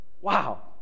Wow